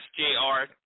SJR